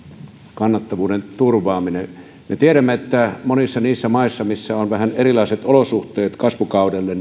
kannattavuuden turvaaminen me tiedämme että monissa niissä maissa missä on vähän erilaiset olosuhteet kasvukaudelle